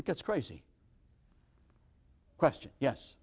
it gets crazy question yes